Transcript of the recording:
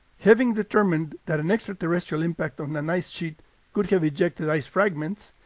having determined that an extraterrestrial impact on an ice sheet could have ejected ice fragments,